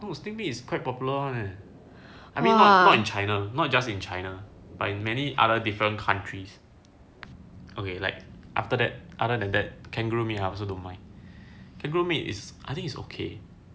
was thinking is quite popular leh I mean lah in china not just in china by many other different countries okay like after that other than that kangaroo meat have also don't mind kangaroo meat is I think it's okay